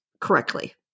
correctly